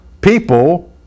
people